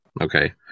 okay